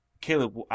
Caleb